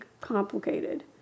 complicated